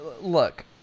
look